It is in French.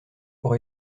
pour